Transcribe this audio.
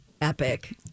epic